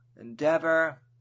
endeavor